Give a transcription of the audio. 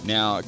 Now